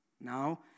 Now